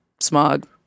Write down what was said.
smog